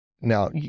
Now